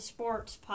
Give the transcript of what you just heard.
Sports